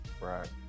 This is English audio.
right